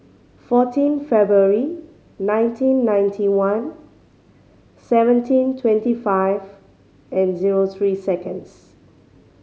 fourteen February nineteen ninety one seventeen twenty five and zero three seconds